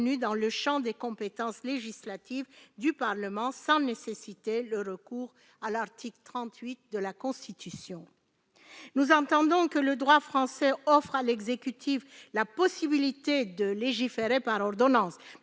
dans le champ des compétences législatives du Parlement, sans nécessiter le recours à l'article 38 de la Constitution. Nous entendons que le droit français offre à l'exécutif la possibilité de légiférer par ordonnance.